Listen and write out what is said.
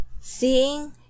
seeing